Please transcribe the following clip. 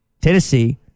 Tennessee